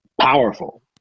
powerful